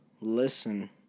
listen